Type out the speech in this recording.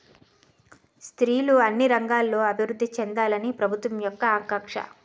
స్త్రీలు అన్ని రంగాల్లో అభివృద్ధి చెందాలని ప్రభుత్వం యొక్క ఆకాంక్ష